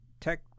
tech